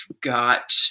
got